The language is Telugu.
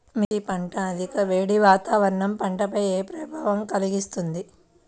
మిర్చి పంట అధిక వేడి వాతావరణం పంటపై ఏ ప్రభావం కలిగిస్తుంది?